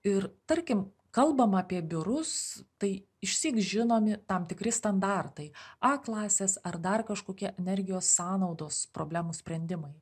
ir tarkim kalbam apie biurus tai išsyk žinomi tam tikri standartai a klasės ar dar kažkokie energijos sąnaudos problemų sprendimai